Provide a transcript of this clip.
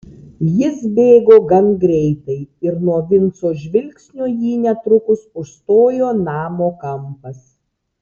jis bėgo gan greitai ir nuo vinco žvilgsnio jį netrukus užstojo namo kampas